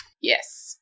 Yes